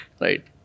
Right